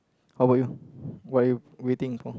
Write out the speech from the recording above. how about you what're you waiting for